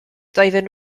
doedden